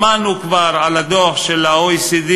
שמענו כבר על הדוח של ה-OECD